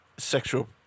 Sexual